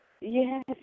Yes